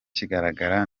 kigaragara